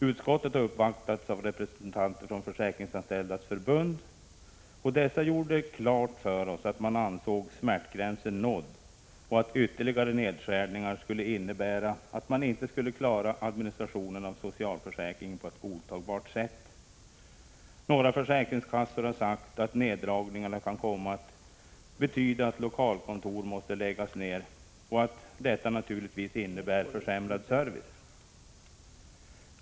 Utskottet har uppvaktats av representanter från Försäkringsanställdas förbund, och de gjorde fullständigt klart för oss att man anser smärtgränsen nådd och att ytterligare nedskärningar skulle innebära att man inte skulle klara administrationen av socialförsäkringen på ett godtagbart sätt. Några försäkringskassor har sagt att neddragningarna kan komma att betyda att lokalkontor måste läggas ner och att detta naturligtvis innebär försämrad service.